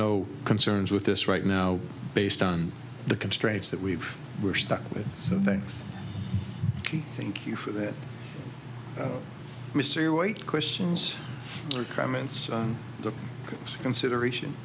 no concerns with this right now based on the constraints that we've we're stuck with some things thank you for that mr white questions or comments on the consideration